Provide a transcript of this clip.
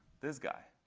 this guy.